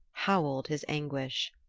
howled his anguish.